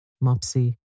Mopsy